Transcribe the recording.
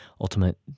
ultimate